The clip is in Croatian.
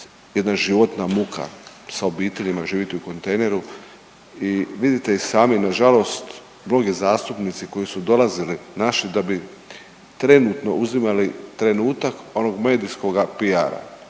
jedna životna muka sa obiteljima živit u kontejneru i vidite i sami nažalost mnogi zastupnici koji su dolazili naši da bi trenutno uzimali trenutak onog medijskoga PR-a